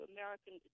American